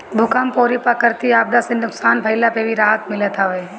भूकंप अउरी प्राकृति आपदा से नुकसान भइला पे भी राहत मिलत हअ